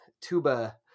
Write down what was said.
tuba